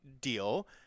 deal